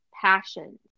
passion